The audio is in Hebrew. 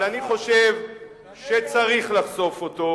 אבל אני חושב שצריך לחשוף אותו,